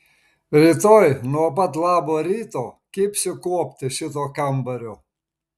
rytoj nuo pat labo ryto kibsiu kuopti šito kambario